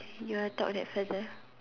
you are talk that further